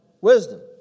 wisdom